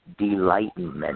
delightment